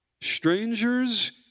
Strangers